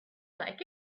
like